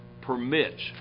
permits